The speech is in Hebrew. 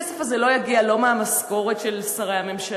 הכסף הזה לא יגיע לא מהמשכורת של שרי הממשלה,